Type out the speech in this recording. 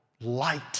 light